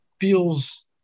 feels